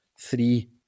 three